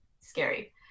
Scary